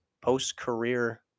post-career